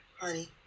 Honey